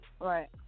Right